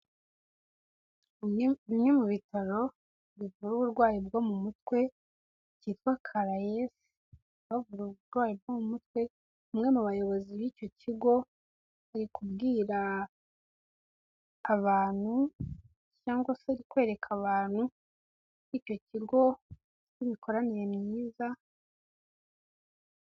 Ni kimwe mu bitaro bivura uburwayi bwo mu mutwe cyitwa karayesi, bavura uburwayi bwo mu mutwe. Umwe mu bayobozi b'icyo kigo ari kubwira abantu cyangwa se ari kwereka abantu icyo kigo cy'imikoranire myiza.